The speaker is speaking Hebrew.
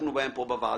עסקנו בהם פה בוועדה.